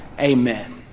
Amen